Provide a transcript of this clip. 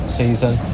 season